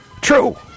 True